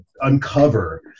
uncover